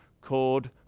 called